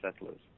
settlers